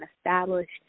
established